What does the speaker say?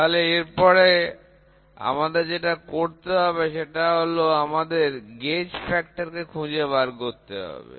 তাহলে এর পরে আমাদের যেটা করতে হবে সেটা হলো আমাদের গেজ ফ্যাক্টর কে খুঁজে বার করতে হবে